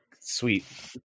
sweet